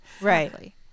right